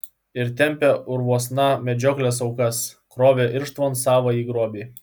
ir tempė urvuosna medžioklės aukas krovė irštvon savąjį grobį